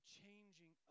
changing